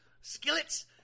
skillets